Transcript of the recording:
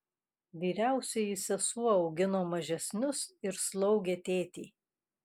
vyriausioji sesuo augino mažesnius ir slaugė tėtį